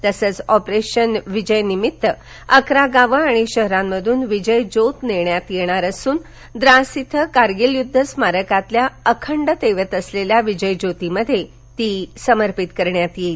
तसंच ऑपरेशन विजय निमित्त अकरा गावं आणि शहरांमधून विजय ज्योत नेण्यात येणार असून द्रास येथील कारगिल युद्ध स्मारकातील अखंड तेवत असलेल्या विजय ज्योतीमध्ये ती समर्पित करण्यात येईल